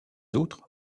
autres